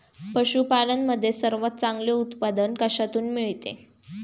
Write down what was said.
पशूपालन मध्ये सर्वात चांगले उत्पादन कशातून मिळते?